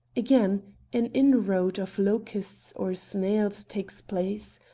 again an inroad of locusts or snails takes place.